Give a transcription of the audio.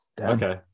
Okay